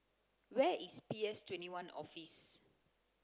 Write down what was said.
where is P S twenty one Office